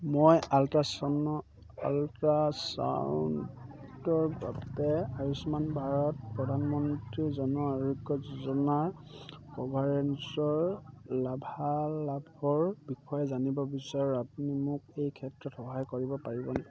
মই আল্ট্ৰাচাউনৰ আল্ট্ৰাছাউণ্ডৰ বাবে আয়ুষ্মান ভাৰত প্ৰধানমন্ত্ৰী জন আৰোগ্য যোজনাৰ কভাৰেজৰ লাভালাভৰ বিষয়ে জানিব বিচাৰোঁ আপুনি মোক এই ক্ষেত্ৰত সহায় কৰিব পাৰিবনে